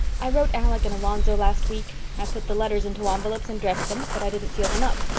i wrote alec and alonzo last week. i put the letters into envelopes and addressed them, but i didn't seal them up.